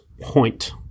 point